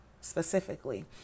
specifically